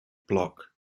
block